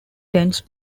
tens